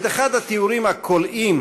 את אחד התיאורים הקולעים,